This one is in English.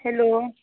hello